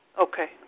Okay